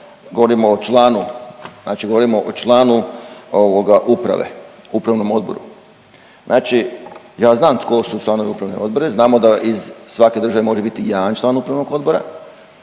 govorimo o članu uprave, upravnom odboru. Znači ja znam tko su članovi upravnog odbora. Znamo da iz svake države može biti jedan član upravnog odbora,